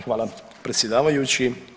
Hvala predsjedavajući.